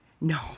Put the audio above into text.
No